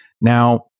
Now